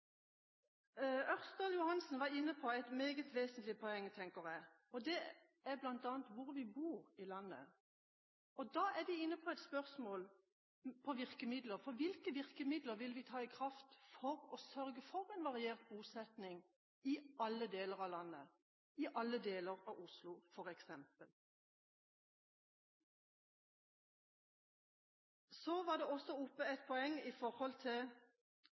Johansen var inne på et meget vesentlig poeng, tenker jeg. Det gjelder hvor vi bor i landet. Da er vi inne på et spørsmål om virkemidler. For hvilke virkemidler vil vi ta i bruk for å sørge for variert bosetning i alle deler av landet – i alle deler av Oslo, f.eks.? Så tok også representanten Ørsal Johansen opp et poeng,